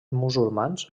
musulmans